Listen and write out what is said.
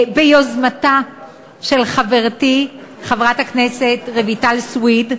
ביוזמתה של חברתי חברת הכנסת רויטל סויד,